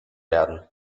werden